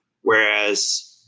Whereas